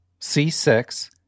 C6